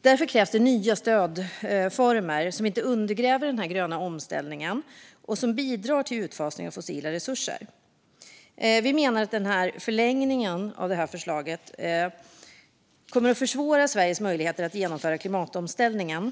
Därför krävs det nya stödformer som inte undergräver den gröna omställningen och som bidrar till utfasning av fossila resurser. Vi menar att förslaget till förlängning kommer att försvåra Sveriges möjligheter att genomföra klimatomställningen.